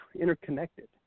interconnected